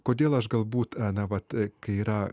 kodėl aš galbūt a na vat kai yra